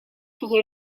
you